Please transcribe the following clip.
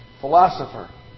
philosopher